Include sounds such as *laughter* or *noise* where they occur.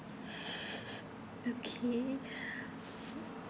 *laughs* okay *breath*